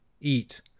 eat